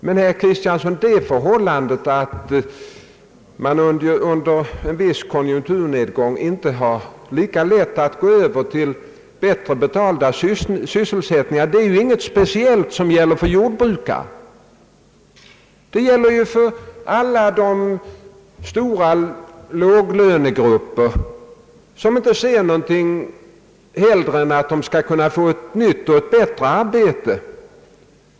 Men, herr Kristiansson, det förhållandet att man under en viss konjunkturnedgång inte har lika lätt att gå över till bättre betalda sysselsättningar är ju ingenting som gäller speciellt för jordbrukare. Det gäller ju för alla de stora låglönegrupper, som inte vill någonting hellre än att få ett nytt och bättre arbete.